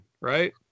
Right